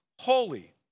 holy